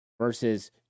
versus